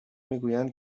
میگویند